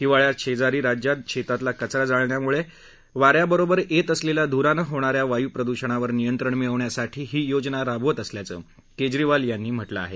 हिवाळ्यात शेजारी राज्यात शेतातला कचरा जाळण्यामुळे वा याबरोबर येत असलेल्या धुरानं होणाऱ्या वायू प्रदुषणावर नियंत्रण मिळवण्यासाठी ही योजना राबवत असल्याचं केजरीवाल यांनी म्हटलं आहे